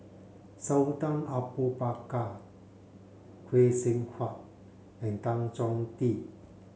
Sultan Abu Bakar Phay Seng Whatt and Tan Chong Tee